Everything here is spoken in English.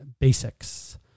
basics